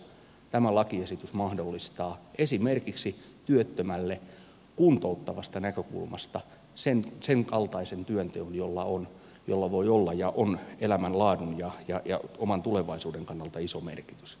tämä lakiesitys mahdollistaa esimerkiksi työttömälle kuntouttavasta näkökulmasta sen kaltaisen työnteon jolla voi olla ja on elämänlaadun ja oman tulevaisuuden kannalta iso merkitys